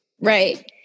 right